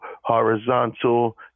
horizontal